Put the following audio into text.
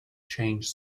changed